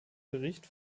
bericht